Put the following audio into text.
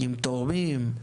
עם תורמים,